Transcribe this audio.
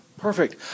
Perfect